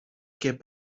get